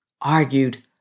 argued